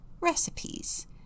recipes